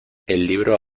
libro